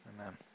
Amen